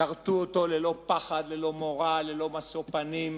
שרתו אותו ללא פחד, ללא מורא, ללא משוא פנים.